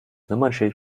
nummernschild